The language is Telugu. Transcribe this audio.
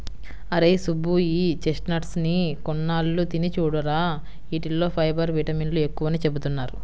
అరేయ్ సుబ్బు, ఈ చెస్ట్నట్స్ ని కొన్నాళ్ళు తిని చూడురా, యీటిల్లో ఫైబర్, విటమిన్లు ఎక్కువని చెబుతున్నారు